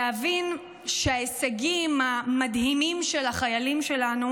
להבין שההישגים המדהימים של החיילים שלנו